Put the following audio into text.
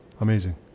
Amazing